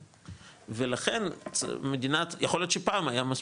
יכול להיות שפעם היה מספיק,